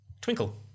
Twinkle